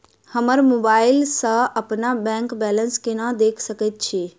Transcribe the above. हम मोबाइल सा अपने बैंक बैलेंस केना देख सकैत छी?